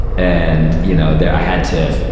and, you know, there, i had to,